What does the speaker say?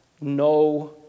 No